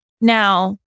Now